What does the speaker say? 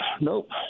nope